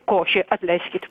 košė atleiskit